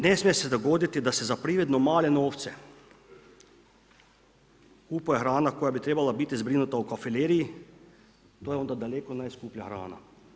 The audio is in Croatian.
Ne smije se dogoditi da se za privredno male novce kupuje hrana koja bi trebala biti zbrinuta u kafileriji, to je onda daleko najskuplja hrana.